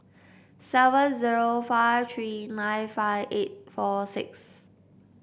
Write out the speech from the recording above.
seven zero five three nine five eight six four six